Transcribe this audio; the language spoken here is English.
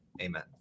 Amen